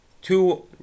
two